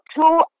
two